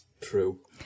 true